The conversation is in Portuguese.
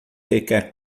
requer